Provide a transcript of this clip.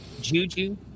Juju